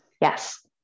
Yes